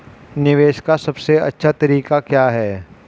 निवेश का सबसे अच्छा तरीका क्या है?